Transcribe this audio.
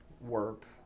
work